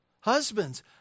Husbands